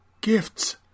gifts